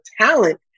talent